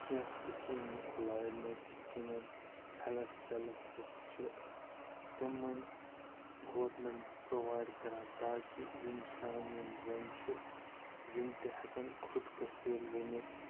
کیٚنٛہہ سِکیٖمہٕ کھُلایمَژٕ یِتھ کِنٮ۪ن ہٮ۪لٕتھ سٮ۪لٕف گرُپ چھِ تِمن گورمٮ۪نٛٹ پرٛووایِڈ کَران تاکہِ یِم سانہِ یِم زَنہِ چھِ یِم تہِ ہٮ۪کن خود کٔفیٖل بٔنِتھ